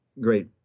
great